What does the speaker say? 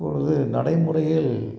இப்பொழுது நடைமுறையில்